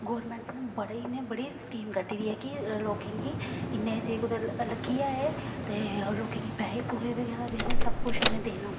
government ने बड़े इयां बड़ी स्कीमां कड्डी दी ऐ कि लोकें गी इयां के जे कुते लग्गी जाए ते लोकें गी पैहे पुहे वगैरा देने सब कुछ इनें देना